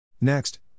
Next